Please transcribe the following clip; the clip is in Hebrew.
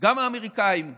גם האמריקאים,